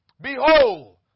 behold